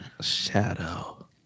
Shadow